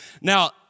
Now